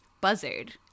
buzzard